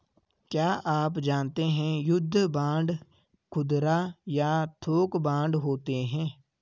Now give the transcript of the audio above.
क्या आप जानते है युद्ध बांड खुदरा या थोक बांड होते है?